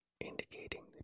indicating